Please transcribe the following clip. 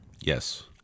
Yes